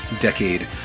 decade